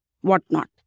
whatnot